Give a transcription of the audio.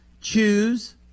choose